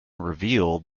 revealed